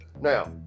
Now